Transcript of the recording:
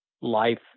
life